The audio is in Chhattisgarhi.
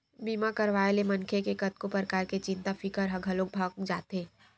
बीमा करवाए ले मनखे के कतको परकार के चिंता फिकर ह घलोक भगा जाथे